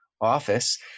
office